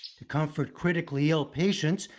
to comfort critically ill patients,